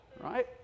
right